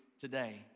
today